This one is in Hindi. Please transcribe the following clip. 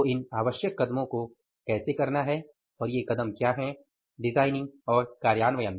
तो इन आवश्यक कदमों को कैसे करना है और ये कदम क्या हैं डिजाइनिंग और कार्यान्वयन